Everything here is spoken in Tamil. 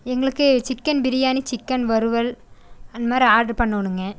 எங்களுக்கு சிக்கன் பிரியாணி சிக்கன் வறுவல் அந்தமாரி ஆர்ட்ரு பண்ணணுங்க